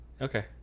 Okay